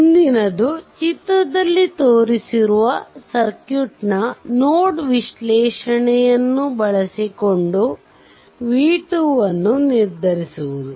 ಮುಂದಿನದು ಚಿತ್ರದಲ್ಲಿ ತೋರಿಸಿರುವ ಸರ್ಕ್ಯೂಟ್ನ ನೋಡ್ ವಿಶ್ಲೇಷಣೆಯನ್ನು ಬಳಸಿಕೊಂಡು v2 ಅನ್ನು ನಿರ್ಧರಿಸುವುದು